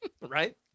Right